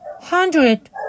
hundred